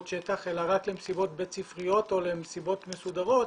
שטח אלא רק למסיבות בית ספריות או למסיבות מסודרות,